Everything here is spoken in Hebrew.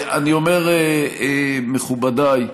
מכובדיי,